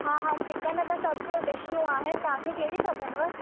हा हा चिकन जा सभु डिशियूं आहिनि तव्हांखे कहिड़ी खपेनव